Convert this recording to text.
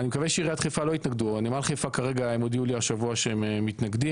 אני מקווה שעיריית חיפה הם לא יתנגדו,